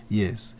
yes